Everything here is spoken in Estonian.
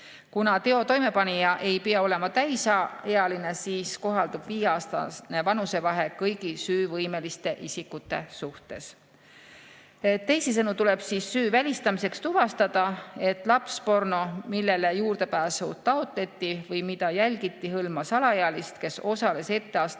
Kuna teo toimepanija ei pea olema täisealine, siis kohaldub viieaastane vanusevahe kõigi süüvõimeliste isikute suhtes. Teisisõnu tuleb süü välistamiseks tuvastada, et lapsporno, millele juurdepääsu taotleti või mida jälgiti, hõlmas alaealist, kes osales etteastes